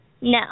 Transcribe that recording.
No